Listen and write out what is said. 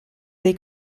dei